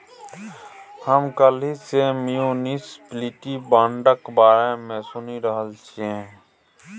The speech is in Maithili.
हम काल्हि सँ म्युनिसप्लिटी बांडक बारे मे सुनि रहल छी